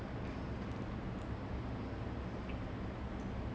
err families side weddings எல்லாமே வந்து:ellamae vanthu happening in india lah